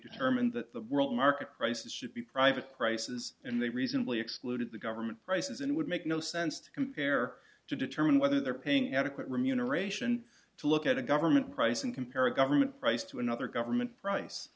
determined that the world market prices should be private prices and they reasonably excluded the government prices and it would make no sense to compare to determine whether they're paying adequate remuneration to look at a government price and compare a government price to another government price